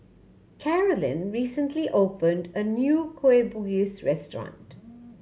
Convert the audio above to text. Carolynn recently opened a new Kueh Bugis restaurant